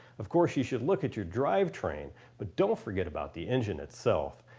of course you should look at your drive train but don't forget about the engine itself.